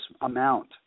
amount